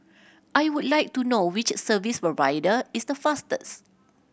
I would like to know which service provider is the fastest